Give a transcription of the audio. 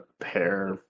pair